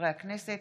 הכנסת